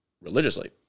religiously